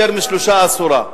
של יותר משלושה אסורה.